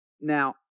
Now